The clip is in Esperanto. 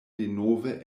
denove